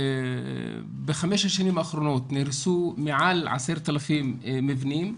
בחמש השנים האחרונות נהרסו מעל 10,000 מבנים,